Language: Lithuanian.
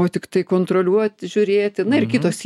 o tiktai kontroliuot žiūrėti na ir kitos